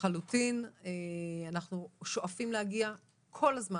אנחנו שואפים להגיע כל הזמן,